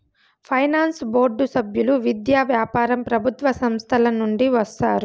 finance board సభ్యులు విద్య, వ్యాపారం ప్రభుత్వ సంస్థల నుండి వస్తారు